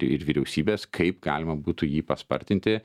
ir vyriausybės kaip galima būtų jį paspartinti